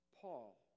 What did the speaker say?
Paul